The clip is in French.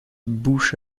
bouches